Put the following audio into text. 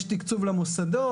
יש תקצוב למוסדות,